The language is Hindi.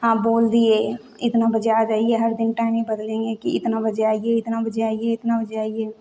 हाँ बोल दिए इतना बजे आ जाइए हर दिन टाइमिंग बदलेंगे कि इतना बजे आइए इतना बजे आइए इतना बजे आइए